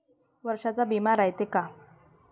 वर्षाचा बिमा रायते का?